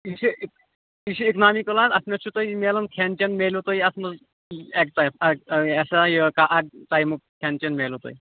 یہِ چھُ یہِ چھُ اِکنامی کٕلاس اَتھ منٛز چھُو تۅہہِ میلان کھیٚن چیٚن میلوٕ تۅہہِ اَتھ منٛز اَکہِ ٹایمہِ یہِ ہسا یہِ اَکہِ ٹایمُک کھیٚن چیٚن میلوٕ تۅہہِ